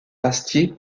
astier